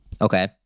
Okay